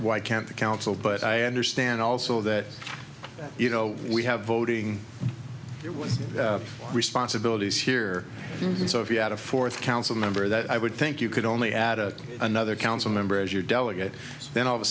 why can't the council but i understand also that you know we have voting here with responsibilities here and so if you had a fourth council member that i would think you could only add a another council member as your delegate then all of a